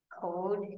code